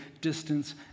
distance